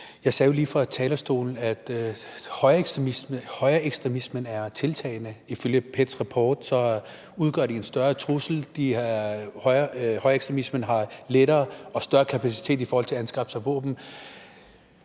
Jeg sagde jo lige fra talerstolen, at højreekstremismen er tiltagende. Ifølge PET's rapport udgør det en større trussel, højreekstremismen har lettere og større kapacitet i forhold til at anskaffe sig våben.